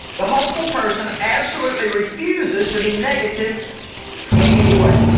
the hopeful person absolutely refuses to be negative in any way